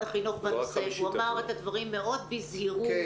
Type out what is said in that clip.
החינוך בנושא והוא אמר את הדברים מאוד בזהירות,